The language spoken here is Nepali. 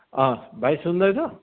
अँ भाइ सुन्दैछ